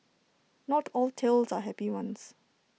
not all tales are happy ones